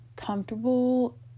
comfortable